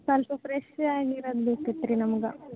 ಸ್ವಲ್ಪ ಫ್ರೆಶ್ ಆಗಿರೋದ್ ಬೇಕಿತ್ತು ರೀ ನಮ್ಗೆ